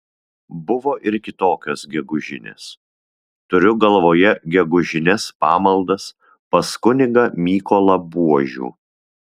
buvo ir kitokios gegužinės turiu galvoje gegužines pamaldas pas kunigą mykolą buožių